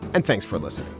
and thanks for listening